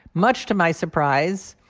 much to my surprise,